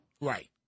Right